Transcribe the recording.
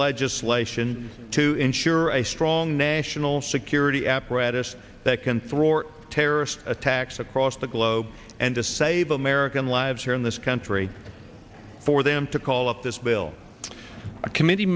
legislation to ensure a strong national security apparatus that can throw or terrorist attacks across the globe and to save american lives here in this country for them to call up this bill a committee